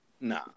Nah